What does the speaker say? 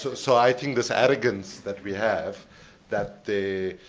so so i think this arrogance that we have that they,